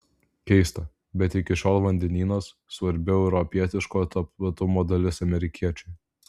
keista bet iki šiol vandenynas svarbi europietiško tapatumo dalis amerikiečiui